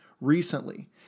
recently